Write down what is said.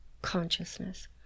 consciousness